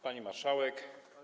Pani Marszałek!